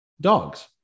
dogs